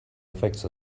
affects